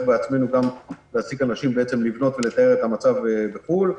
בעצמנו גם להעסיק אנשים לבנות ולתאר את המצב בחו"ל.